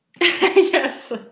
yes